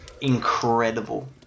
incredible